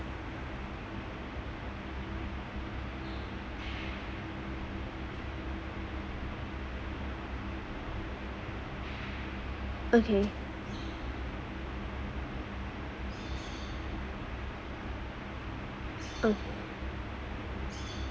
okay oh